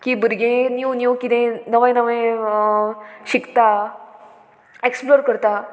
की भुरगें new new कितें नवें नवें शिकता एक्सप्लोर करता